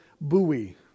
buoy